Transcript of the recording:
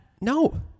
No